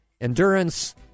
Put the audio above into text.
endurance